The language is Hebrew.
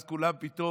אז כולם פתאום,